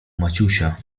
maciusia